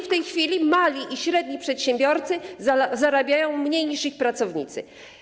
W tej chwili mali i średni przedsiębiorcy zarabiają mniej niż ich pracownicy.